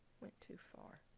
went too far